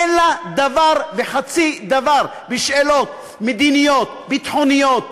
אין לה דבר וחצי דבר עם שאלות מדיניות וביטחוניות.